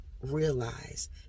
realize